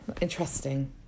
interesting